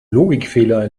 logikfehler